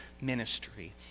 ministry